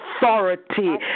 authority